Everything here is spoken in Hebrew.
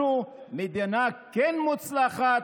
אנחנו מדינה מוצלחת,